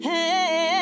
Hey